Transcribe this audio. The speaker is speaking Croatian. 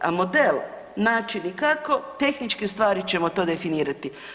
A model, način i kako, tehničke stvari ćemo to definirati.